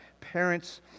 parents